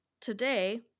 Today